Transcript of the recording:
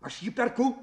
aš jį perku